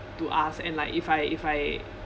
to ask and like if I if I